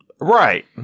right